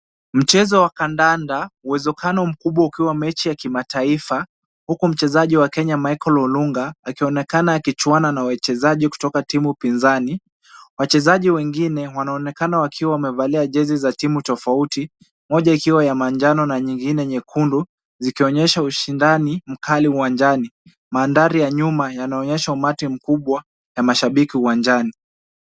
Mchezo wa kandanda, uwezekano mkubwa ukiwa mechi ya kimataifa huku mchezaji wa Kenya Michael Olunga akionekana akichwana na wachezaji kutoka timu pinzani. Wachezaji wengine wanaonekana wakiwa wamevalia jezi za timu tofauti, moja ikiwa ya manjano na nyingine nyekundu zikionyesha ushindani mkali uwanjani. Maandhari ya nyuma yanaonyesha umati mkubwa ya mashabiki uwanjani.